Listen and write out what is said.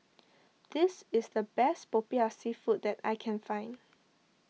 this is the best Popiah Seafood that I can find